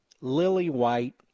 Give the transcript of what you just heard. lily-white